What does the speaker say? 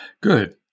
Good